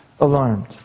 alarmed